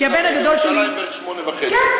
כי הבן הגדול שלי, בירושלים בערך 8,500. כן.